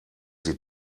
sie